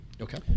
Okay